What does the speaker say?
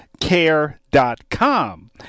care.com